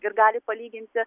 ir gali palyginti